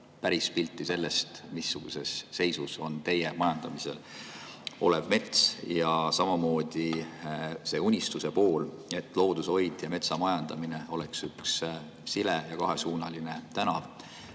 omada pilti sellest, missuguses seisus on teie majandamisel olev mets. Samamoodi see unistuse pool, et loodushoid ja metsamajandamine oleks üks sile ja kahesuunaline tänav.